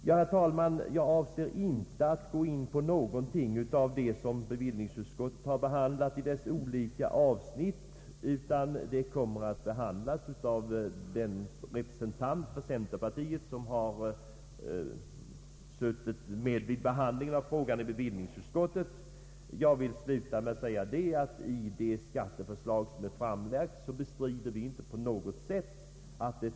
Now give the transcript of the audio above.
Jag avser inte, herr talman, att gå in på några av de reservationer som finns i respektive utskottsuttalanden, utan dessa kommer att tas upp av den representant för centerpartiet som varit med vid behandlingen i bevillningsutskottet. Vi bestrider inte att det skatteförslag som är framlagt innebär förmåner för olika grupper.